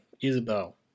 Isabel